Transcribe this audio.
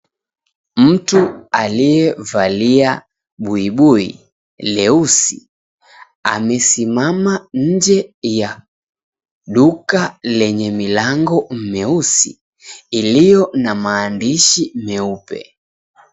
Mtu aliyevalia buibui leusi amesimama inje ya duka lenye milango leusi iliyo na maandishi meupe.